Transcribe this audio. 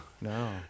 No